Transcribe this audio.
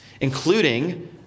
including